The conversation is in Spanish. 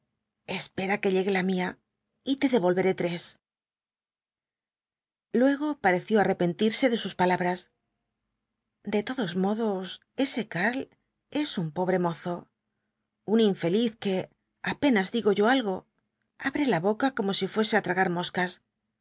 eíspera que llegue la mía y te devolveré tres luego pareció arrepentirse de sus palabras de todos modos ese karl es un pobre mozo un infeliz que apenas digo yo algo abre la boca como si fuese á tragar moscas